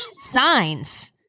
signs